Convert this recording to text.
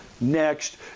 Next